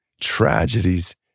tragedies